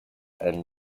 and